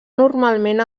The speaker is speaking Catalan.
normalment